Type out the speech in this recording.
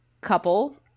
couple